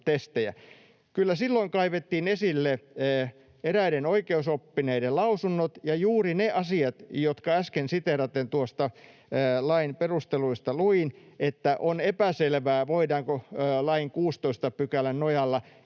silloin kaivettiin esille eräiden oikeusoppineiden lausunnot ja juuri ne asiat, jotka äsken siteeraten lain perusteluista luin, se, että on epäselvää, voidaanko lain 16 §:n nojalla